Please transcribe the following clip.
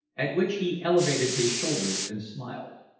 at which he elevated his shoulders and smiled.